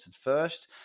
first